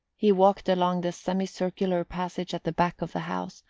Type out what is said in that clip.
he walked along the semi-circular passage at the back of the house,